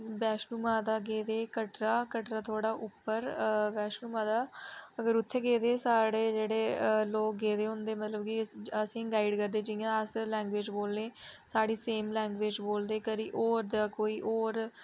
बैश्नो माता गेदे कटरा कटरा थोह्ड़ा उप्पर बैश्नो माता अगर उत्थें गेदे साढ़े जेह्ड़े लोक गेदे होंंदे मतलब कि असेंगी गाइड करदे जियां अस लैंग्वेज़ बोलने साढ़ी सेम लैंग्वेज बोलदे करी होर दा कोई होर